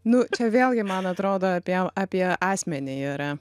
nu čia vėlgi man atrodo apie apie asmenį yra